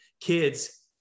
kids